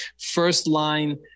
first-line